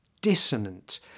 dissonant